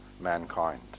mankind